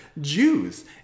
Jews